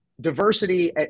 diversity